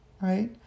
right